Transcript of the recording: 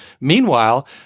Meanwhile